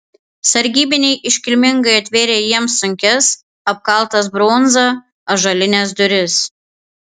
sargybiniai iškilmingai atvėrė jiems sunkias apkaltas bronza ąžuolines duris